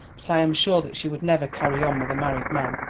but i am sure that she would never carry on with a married man.